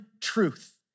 truth